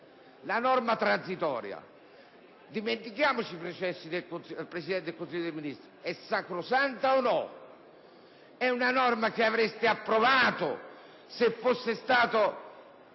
La norma transitoria - dimentichiamo i processi del Presidente del Consiglio dei ministri - è sacrosanta o no? È una norma che avreste approvato nel periodo